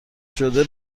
شده